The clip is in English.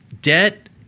debt